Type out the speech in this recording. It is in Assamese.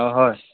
অঁ হয়